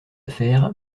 affaire